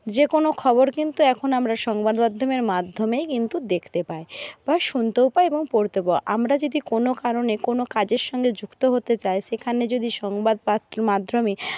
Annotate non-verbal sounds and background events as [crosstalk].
যে কোনো খবর কিন্তু এখন আমরা সংবাদ মাধ্যমের মাধ্যমেই কিন্তু দেখতে পাই বা শুনতেও পাই এবং পড়তে [unintelligible] আমরা যদি কোনো কারণে কোনো কাজের সঙ্গে যুক্ত হতে চাই সেখানে যদি সংবাদ [unintelligible] মাধ্যমে